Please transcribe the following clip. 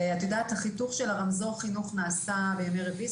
אז החיתוך של ה"רמזור" חינוך נעשה בימי רביעי,